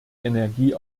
energie